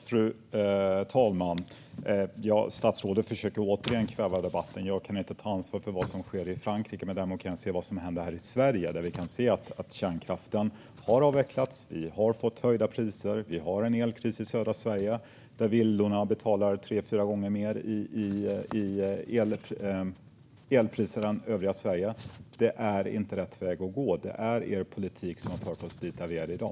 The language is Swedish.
Fru talman! Statsrådet försöker återigen kväva debatten. Jag kan inte ta ansvar för vad som sker i Frankrike, men däremot kan jag se vad som händer här i Sverige. Vi kan se att kärnkraften har avvecklats här, att vi har fått höjda priser och att vi har en elkris i södra Sverige, där villaägarna betalar tre fyra gånger mer för elen än övriga Sverige. Detta är inte rätt väg att gå, och det är regeringens politik som har fört oss dit där vi är i dag.